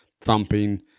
thumping